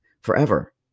forever